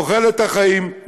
תוחלת החיים,